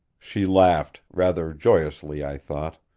she laughed, rather joyously i thought.